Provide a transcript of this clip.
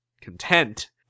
content